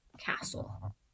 Castle